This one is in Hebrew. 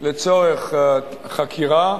לצורך חקירה